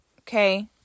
Okay